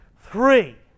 Three